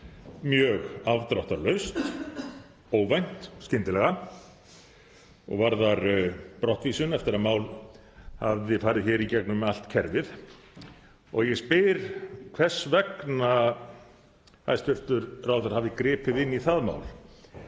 mjög afdráttarlaust, óvænt og skyndilega og varðar brottvísun eftir að mál hafði farið í gegnum allt kerfið. Ég spyr hvers vegna hæstv. ráðherra hafi gripið inn í það mál.